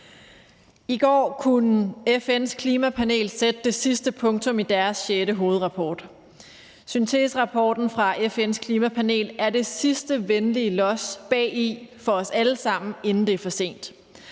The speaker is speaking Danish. I går kunne FN's Klimapanel sætte det sidste punktum i deres sjette hovedrapport. Synteserapporten fra FN's Klimapanel er det sidste venlige los bagi for os alle sammen, inden det er for sent.